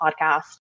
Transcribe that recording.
podcast